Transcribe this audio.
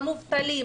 למובטלים,